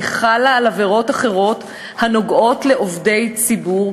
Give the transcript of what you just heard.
והיא חלה על עבירות אחרות הנוגעות לעובדי ציבור,